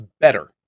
Better